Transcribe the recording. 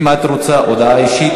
אם את רוצה הודעה אישית,